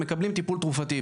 הם מקבלים טיפול תרופתי,